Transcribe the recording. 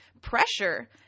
pressure